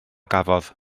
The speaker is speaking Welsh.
gafodd